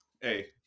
Hey